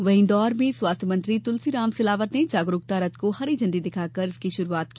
वहीं इंदौर में स्वास्थ्य मंत्री तुलसीराम सिलावट ने जागरूकता रथ को हरी झंडी दिखाकर इसकी शुरूआत की